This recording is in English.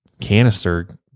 canister